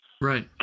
Right